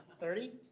thirty.